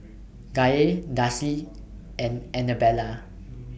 Gaye Darci and Anabella